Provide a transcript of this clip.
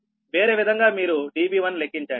వేరే విధంగా మీరు Db1 లెక్కించండి